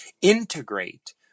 Integrate